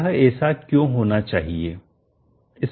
यह ऐसा क्यों होना चाहिए